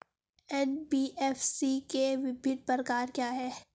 NBFC के विभिन्न प्रकार क्या हैं?